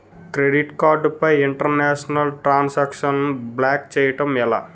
Credit card పై international transaction block చేయటం ఎలా?